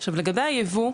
עכשיו לגבי הייבוא,